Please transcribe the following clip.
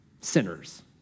sinners